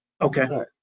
Okay